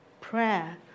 prayer